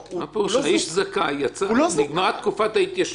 לא יובאו בחשבון לעניין התקופות האמורות באותו